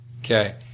okay